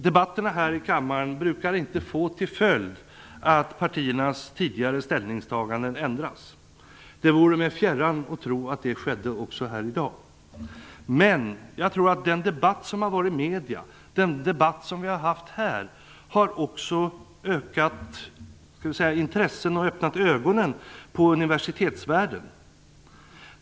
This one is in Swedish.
Debatterna här i kammaren brukar inte få till följd att partiernas tidigare ställningstaganden ändras. Det vore mig fjärran att tro att det skedde också här i dag. Men jag tror att den debatt som har förts i medierna och den debatt som har förts här har ökat intresset för och öppnat ögonen på universitetsvärlden.